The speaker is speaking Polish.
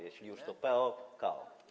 Jeśli już, to: peo kao.